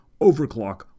Overclock